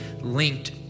linked